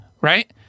right